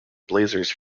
blazers